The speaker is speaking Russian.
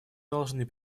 должны